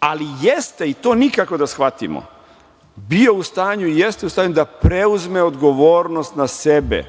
Ali, jeste, i to nikako da shvatimo, bio u stanju i jeste u stanju da preuzme odgovornost na sebe.